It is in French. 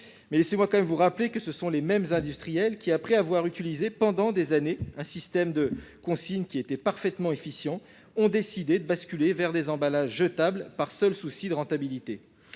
aurait pu être très touchant, mais ce sont les mêmes industriels qui, après avoir utilisé pendant des années un système de consigne parfaitement efficace, ont décidé de basculer vers des emballages jetables par seul souci de rentabilité.